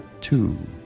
two